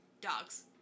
dogs